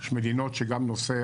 יש מדינות שגם נושא